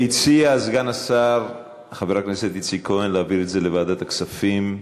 הציע סגן השר חבר הכנסת איציק כהן להעביר את זה לוועדת הכספים.